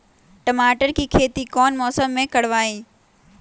टमाटर की खेती कौन मौसम में करवाई?